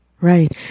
right